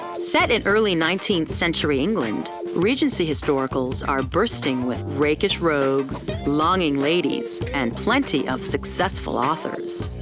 set in early nineteenth century england, regency historicals are bursting with rakish rogues, longing ladies, and plenty of successful authors.